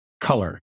color